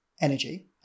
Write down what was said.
energy